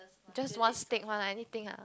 just one stick one anything ah